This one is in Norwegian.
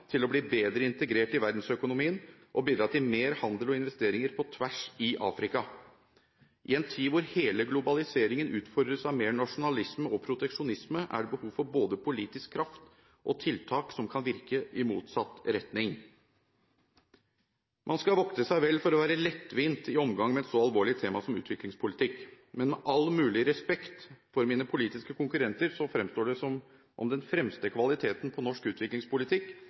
til å bli bedre integrert i verdensøkonomien og bidra til mer handel og investeringer på tvers i Afrika. I en tid hvor hele globaliseringen utfordres av mer nasjonalisme og proteksjonisme, er det behov for både politisk kraft og tiltak som kan virke i motsatt retning. Man skal vokte seg vel for å være lettvint i omgang med et så alvorlig tema som utviklingspolitikk. Men med all mulig respekt for mine politiske konkurrenter fremstår det som om den fremste kvaliteten på norsk utviklingspolitikk